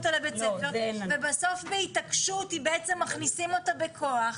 אותה לבית ספר ובסוף בהתעקשות היא בעצם מכניסים אותה בכוח,